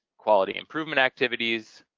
quality improvement activities,